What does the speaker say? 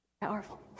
Powerful